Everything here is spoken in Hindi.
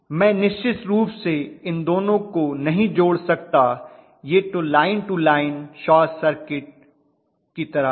मैं निश्चित रूप से इन दोनों को नहीं जोड़ कर सकता यह तो line to line short circuit की तरह है